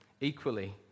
Equally